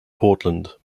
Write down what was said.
portland